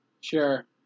Sure